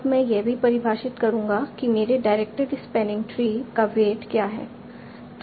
अब मैं यह भी परिभाषित करूंगा कि मेरे डायरेक्टेड स्पैनिंग ट्री का वेट क्या है